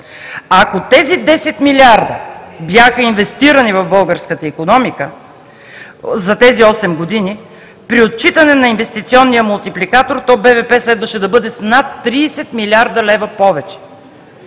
Ако тези 10 млрд. лв. бяха инвестирани в българската икономика за тези осем години, при отчитане на инвестиционния мултипликатор, то БВП следваше да бъде с над 30 млрд. лв. повече.